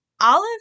Olive